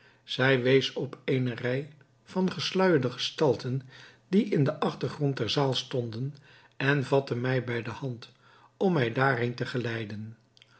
zij wees op eene rij van gesluijerde gestalten die in den achtergrond der zaal stonden en vatte mij bij de hand om mij daarheen te geleiden